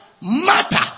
matter